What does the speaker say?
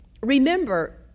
remember